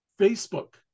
Facebook